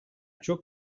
çok